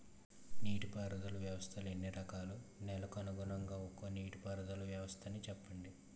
నీటి పారుదల వ్యవస్థలు ఎన్ని రకాలు? నెలకు అనుగుణంగా ఒక్కో నీటిపారుదల వ్వస్థ నీ చెప్పండి?